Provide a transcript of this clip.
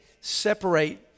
separate